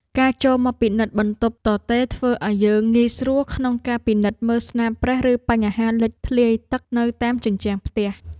ការចូលមកពិនិត្យបន្ទប់ទទេរធ្វើឱ្យយើងងាយស្រួលក្នុងការពិនិត្យមើលស្នាមប្រេះឬបញ្ហាលេចធ្លាយទឹកនៅតាមជញ្ជាំងផ្ទះ។